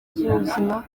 z’ubuzima